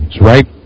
right